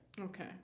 Okay